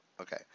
Okay